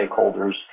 stakeholders